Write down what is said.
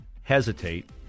hesitate